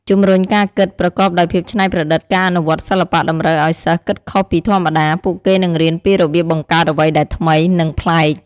ជំរុញការគិតប្រកបដោយភាពច្នៃប្រឌិតការអនុវត្តសិល្បៈតម្រូវឱ្យសិស្សគិតខុសពីធម្មតា ពួកគេនឹងរៀនពីរបៀបបង្កើតអ្វីដែលថ្មី និងប្លែក។